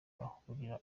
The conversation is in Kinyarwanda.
bahurira